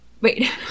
Wait